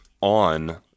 on